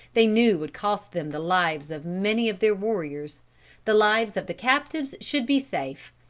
they knew would cost them the lives of many of their warriors the lives of the captives should be safe,